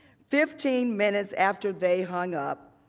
fifteen minutes after they hung up,